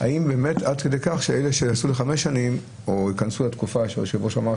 האם באמת אלה שעשו לחמש שנים או ייכנסו לתקופה שהיושב ראש אמר,